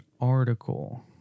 article